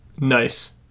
Nice